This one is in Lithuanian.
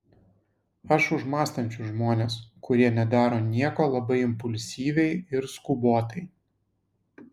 aš už mąstančius žmones kurie nedaro nieko labai impulsyviai ir skubotai